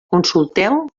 consulteu